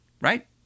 right